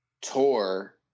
tour